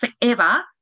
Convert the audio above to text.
forever